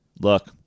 Look